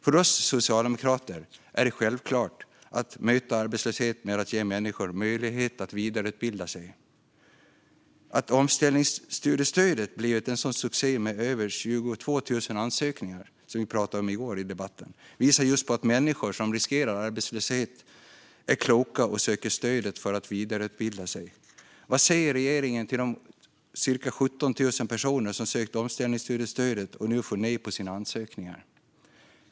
För oss socialdemokrater är det självklart att möta arbetslöshet med att ge människor möjlighet att vidareutbilda sig. Att omställningsstudiestödet blivit en sådan succé med över 22 000 ansökningar, som vi pratade om i debatten i går, visar att människor som riskerar arbetslöshet är kloka och söker stödet för att vidareutbilda sig. Vad säger regeringen till de cirka 17 000 personer som sökt omställningsstudiestödet men som nu får nej på sina ansökningar?